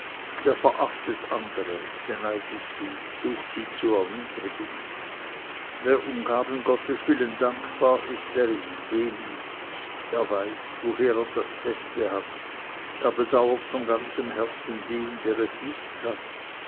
der verachtet andere beneidet sie sucht sie zu erniedrigen wer um gaben gottes willen dankbar ist der ist demütig er weiß woher er das beste hat er bedauert von ganzem herzen den der es nicht hat